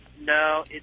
no